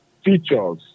features